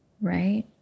right